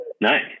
Nice